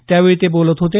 त्यावेळी ते बोलत होते